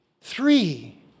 three